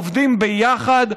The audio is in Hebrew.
עובדים ביחד,